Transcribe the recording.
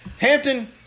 Hampton